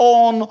on